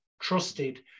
trusted